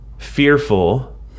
fearful